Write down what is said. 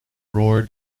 roar